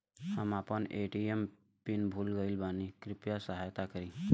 हम आपन ATM PIN भूल गईल बानी कृपया सहायता करी